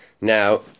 Now